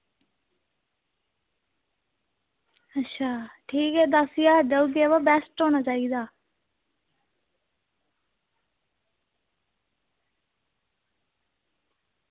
ठीक ऐ दस्स ज्हार देई ओड़गे पर बेस्ट होना चाहिदा